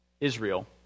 Israel